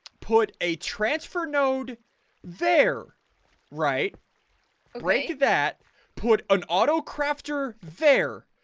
put a transfer node there right way that put an auto crafter there?